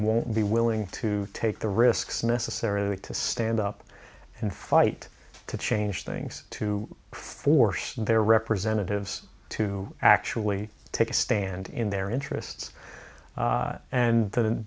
won't be willing to take the risks necessary to stand up and fight to change things to force their representatives to actually take a stand in their interests and the